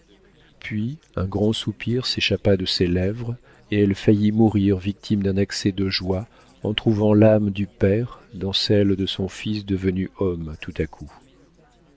puis un grand soupir s'échappa de ses lèvres et elle faillit mourir victime d'un accès de joie en trouvant l'âme du père dans celle de son fils devenu homme tout à coup